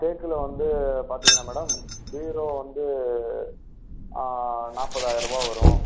தேக்கில் வந்து பார்த்தீங்கன்னா madam bureau வந்து ஆ நாற்பதாயிரம் ரூபாய் வரும்